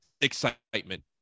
excitement